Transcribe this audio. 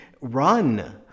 run